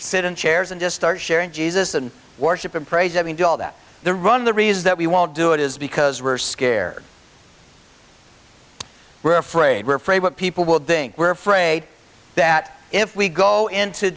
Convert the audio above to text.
sit in chairs and just start sharing jesus and worship and praise i mean do all that the run of the reasons that we won't do it is because we're scared we're afraid we're afraid what people will think we're afraid that if we go into